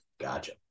Gotcha